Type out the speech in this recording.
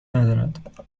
ندارد